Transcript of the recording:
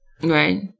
Right